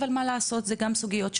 אבל מה לעשות זה גם סוגיות שעולות,